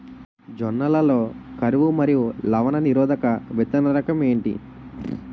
జొన్న లలో కరువు మరియు లవణ నిరోధక విత్తన రకం ఏంటి?